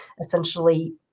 essentially